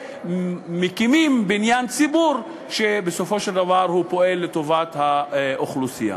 ומקימים בניין ציבור שבסופו של דבר פועל לטובת האוכלוסייה.